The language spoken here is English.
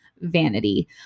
vanity